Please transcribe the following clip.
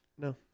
No